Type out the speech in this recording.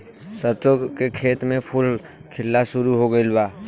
सरसों के खेत में फूल खिलना शुरू हो गइल बा